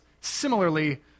similarly